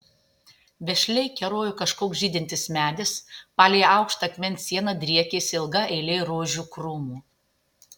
vešliai kerojo kažkoks žydintis medis palei aukštą akmens sieną driekėsi ilga eilė rožių krūmų